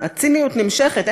הציניות נמשכת,